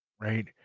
right